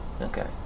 Okay